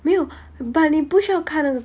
没有 but 你不需要看那个